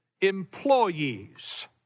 Employees